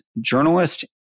journalist